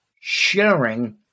sharing